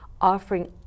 offering